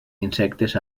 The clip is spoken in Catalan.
insectes